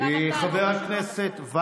גם אתה לא קשור, חבר הכנסת